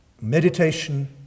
meditation